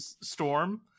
Storm